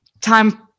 time